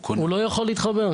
הוא לא יכול להתחבר,